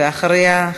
ואחריה,